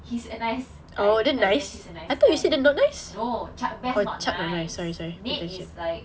he's a nice guy I think he's a nice guy no chuck bass not nice nick is like